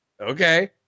Okay